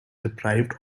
deprived